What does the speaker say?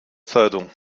zeitung